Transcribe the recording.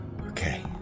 Okay